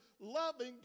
loving